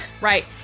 Right